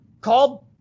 called